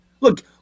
Look